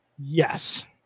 yes